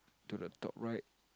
to the top right